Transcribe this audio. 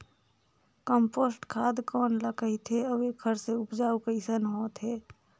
Compost खाद कौन ल कहिथे अउ एखर से उपजाऊ कैसन होत हे?